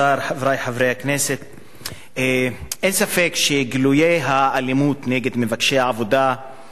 אין ספק שגילויי האלימות נגד מבקשי העבודה ונגד אלה שהם ממוצא אפריקני,